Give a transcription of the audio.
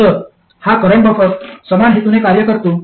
तर हा current buffer समान हेतूने कार्य करतो